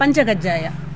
ಪಂಚಕಜ್ಜಾಯ